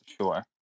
sure